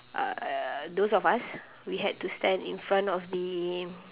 uhh those of us we had to stand in front of the